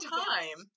time